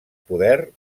poder